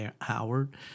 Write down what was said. Howard